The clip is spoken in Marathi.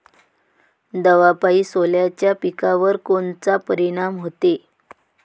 दवापायी सोल्याच्या पिकावर कोनचा परिनाम व्हते?